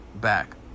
back